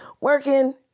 working